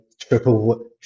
triple